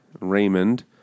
Raymond